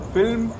Film